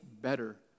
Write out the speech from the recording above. better